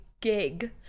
gig